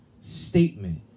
statement